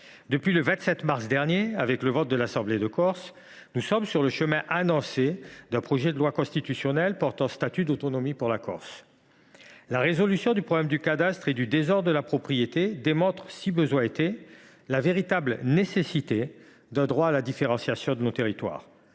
depuis le 27 mars dernier, avec le vote de l’Assemblée de Corse, nous sommes sur le chemin d’un projet de loi constitutionnelle portant statut d’autonomie pour la Corse. La résolution du problème du cadastre et du désordre de la propriété démontre, si besoin en était, la véritable nécessité d’un droit à la différenciation de nos territoires